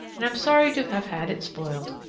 and i'm sorry to have had it spoiled.